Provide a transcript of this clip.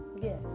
yes